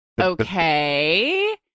okay